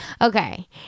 Okay